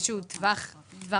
איזשהו טווח ביטחון.